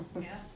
Yes